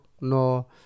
no